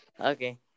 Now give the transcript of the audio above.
Okay